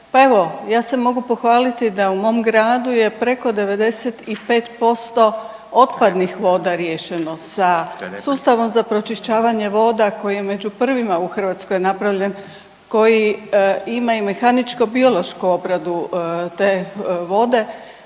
pa evo, ja se mogu pohvaliti da u mom gradu je preko 95% otpadnih voda riješeno sa sustavom za pročišćavanje voda koji je među prvima u Hrvatskoj napravljen koji ima i mehaničko-biološku obradu te vode,